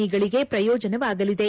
ಇಗಳಿಗೆ ಪ್ರಯೋಜನವಾಗಲಿದೆ